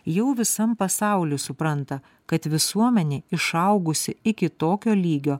jau visam pasauliui supranta kad visuomenė išaugusi iki tokio lygio